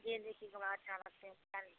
जे नीक हमरा अच्छा लागतै सेह लेब